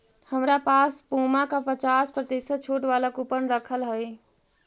हमरा पास पुमा का पचास प्रतिशत छूट वाला कूपन रखल हई